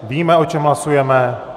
Víme, o čem hlasujeme.